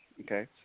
okay